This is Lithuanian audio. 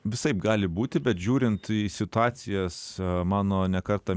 visaip gali būti bet žiūrint į situacijas mano ne kartą